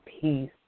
peace